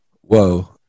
Whoa